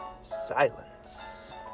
Silence